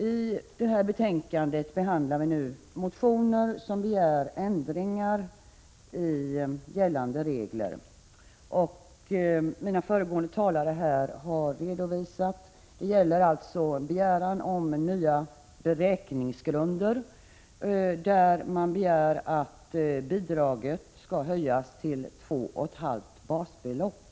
I detta betänkande behandlas motioner i vilka man begär ändringar av gällande regler, vilket föregående talare har redovisat. Dessa ändringar gäller bl.a. en begäran om nya beräkningsgrunder. Man begär att bidraget skall höjas till två och ett halvt basbelopp.